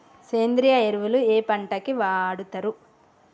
సేంద్రీయ ఎరువులు ఏ పంట కి వాడుతరు?